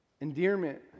endearment